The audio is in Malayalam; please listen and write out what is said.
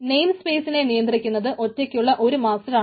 നെയിം സ്പേസിനെ നിയന്ത്രിക്കുന്നത് ഒറ്റക്കുള്ള ഒരു മാസ്റ്ററാണ്